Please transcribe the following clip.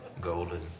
golden